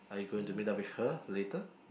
are you going to meet up with her later